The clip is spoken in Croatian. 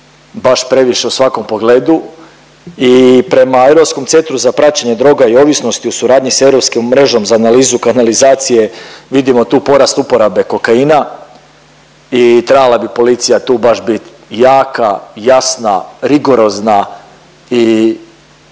baš previše u svakom pogledu. I prema Europskom centru za praćenje droga i ovisnosti u suradnji s Europskom mrežom za analizu kanalizacije vidimo tu porast uporabe kokaina i trebala bi policija tu baš bit jaka, jasna, rigorozna i